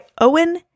Owen